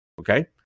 Okay